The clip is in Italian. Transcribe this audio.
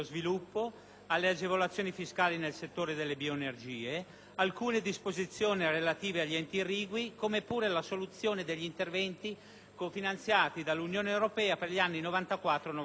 alle agevolazioni fiscali nel settore delle bioenergie, alcune disposizioni relative agli enti irrigui, come pure la soluzione degli interventi cofinanziati dall'Unione europea per gli anni 1994-1999.